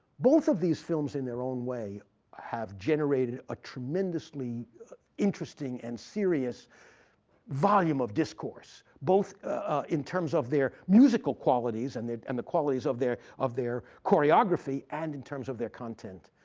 both of these films in their own way have generated a tremendously interesting and serious volume of discourse, both ah in terms of their musical qualities and and the qualities of their of their choreography, and in terms of their content.